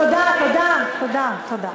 תודה, תודה, תודה.